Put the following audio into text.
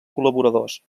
col·laboradors